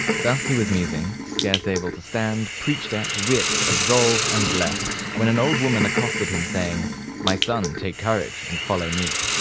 thus he was musing, scarce able to stand, preached at, whipped, absolved, and blessed, when an old woman accosted him saying my son, take courage and follow me.